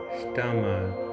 stomach